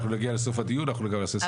אנחנו נגיע לסוף הדיון ואנחנו גם נעשה סיכום.